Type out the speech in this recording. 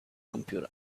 computer